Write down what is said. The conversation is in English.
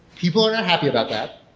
people aren't happy about that.